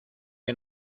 que